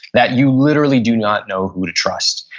that you literally do not know who to trust.